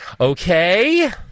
okay